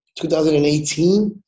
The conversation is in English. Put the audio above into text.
2018